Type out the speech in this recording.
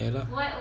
ya lah